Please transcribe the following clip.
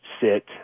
sit